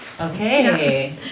Okay